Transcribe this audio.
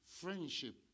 friendship